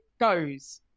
goes